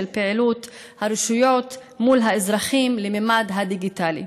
פעילות הרשויות מול האזרחים לממד הדיגיטלי.